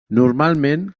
normalment